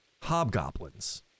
hobgoblins